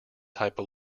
type